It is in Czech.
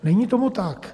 Není tomu tak.